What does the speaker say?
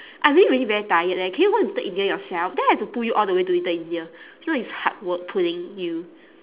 I really really very tired leh can you go little india yourself then I have to pull you all the way to little india so it's hard work pulling you